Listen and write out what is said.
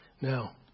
Now